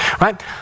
right